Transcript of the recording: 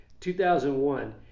2001